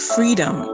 Freedom